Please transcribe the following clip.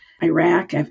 Iraq